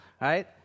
right